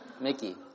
Mickey